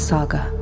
Saga